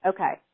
Okay